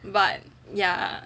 but ya